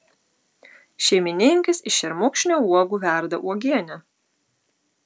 šeimininkės iš šermukšnio uogų verda uogienę